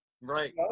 Right